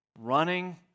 Running